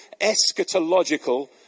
eschatological